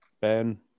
Ben